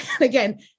again